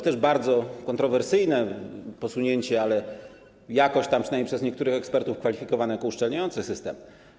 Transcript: To też bardzo kontrowersyjne posunięcie, ale jakość, przynajmniej przez niektórych ekspertów kwalifikowana jako uszczelniający system.